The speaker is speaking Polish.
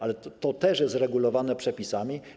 Ale to też jest regulowane przepisami.